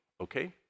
okay